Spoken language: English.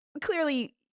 Clearly